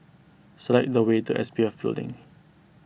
select the way to S P F Building